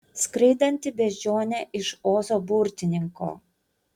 skraidanti beždžionė iš ozo burtininko